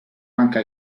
anche